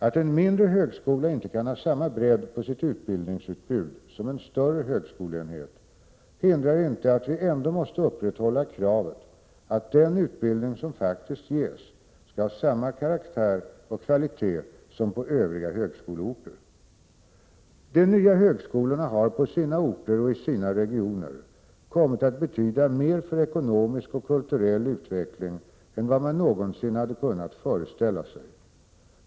Att en mindre högskola inte kan ha samma bredd på sitt utbildningsutbud som en större högskoleenhet hindrar inte att vi ändå måste upprätthålla kravet att den utbildning som faktiskt ges skall ha samma karaktär och kvalitet som på övriga högskoleorter. De nya högskolorna har på sina orter och i sina regioner kommit att betyda mer för ekonomisk och kulturell utveckling än vad man någonsin hade kunnat föreställa sig.